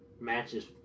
matches